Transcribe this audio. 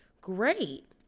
great